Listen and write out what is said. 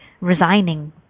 resigning